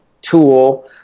tool